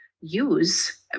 use